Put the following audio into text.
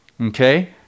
Okay